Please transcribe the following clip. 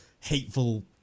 hateful